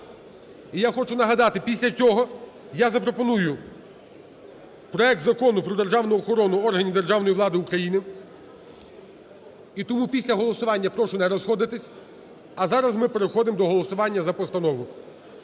І я хочу нагадати, після цього я запропоную проект Закону про державну охорони органів державної влади України, і тому після голосування прошу не розходитись. А зараз ми переходимо до голосування за постанову.